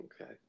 okay